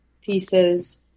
pieces